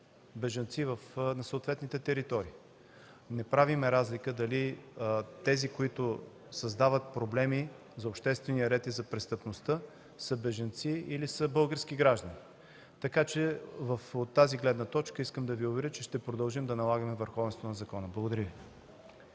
бежанци в съответните територии. Не правим разлика дали тези, които създават проблеми за обществения ред и за престъпността, са бежанци или са български граждани, така че от тази гледна точка искам да Ви уверя, че ще продължим да налагаме върховенството на закона. Благодаря Ви.